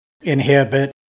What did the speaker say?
inhibit